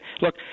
Look